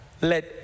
let